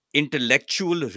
intellectual